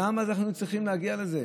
למה אנחנו צריכים להגיע לזה?